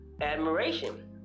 admiration